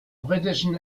britischen